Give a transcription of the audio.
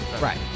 Right